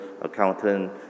accountant